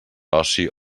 oci